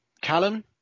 callum